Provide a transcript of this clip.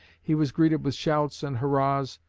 he was greeted with shouts and hurrahs,